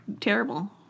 terrible